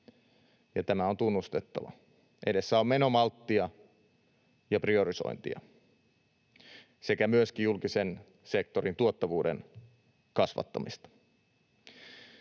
tämä on tunnustettava. Edessä on menomalttia ja priorisointia sekä myöskin julkisen sektorin tuottavuuden kasvattamista.